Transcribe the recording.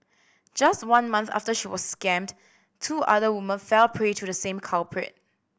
just one month after she was scammed two other women fell prey to the same culprit